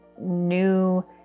new